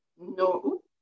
No